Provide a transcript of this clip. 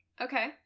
Okay